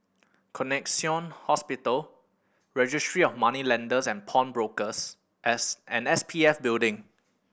Connexion Hospital Registry of Moneylenders and Pawnbrokers S and S P F Building